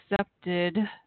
accepted